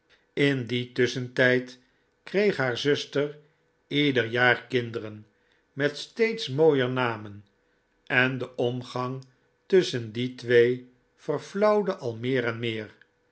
in dien tusschentijd kreeg haar zuster ieder jaar kinderen met steeds mooier namen en de omgang tusschen die twee verflauwde al meer en meer